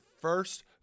first